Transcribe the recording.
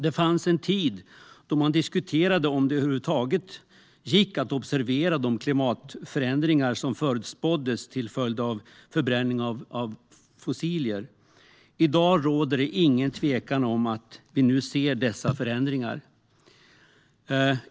Det fanns en tid då man diskuterade om det över huvud taget gick att observera de klimatförändringar som förutspåddes till följd av förbränning av fossila bränslen. I dag råder ingen tvekan om att vi nu ser dessa förändringar.